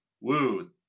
woo